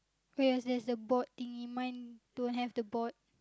but yes there's the board thingy mine don't have the board